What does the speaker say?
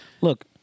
look